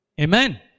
Amen